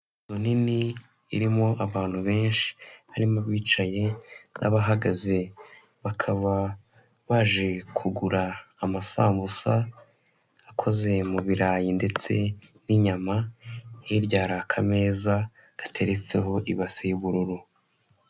Inzu nini irimo abantu benshi harimo abicaye n'abahagaze bakaba baje kugura amasambusa akoze mu birayi ndetse n'inyama hirya hari akameza gateretseho ibase y'ubururu.